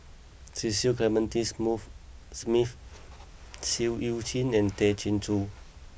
Cecil Clementi smooth Smith Seah Eu Chin and Tay Chin Joo